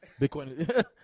Bitcoin